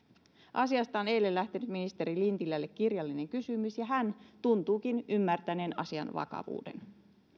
asiasta on eilen lähtenyt ministeri lintilälle kirjallinen kysymys ja hän tuntuukin ymmärtäneen asian vakavuuden